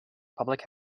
public